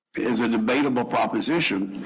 a debatable proposition.